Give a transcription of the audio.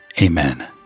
Amen